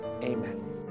amen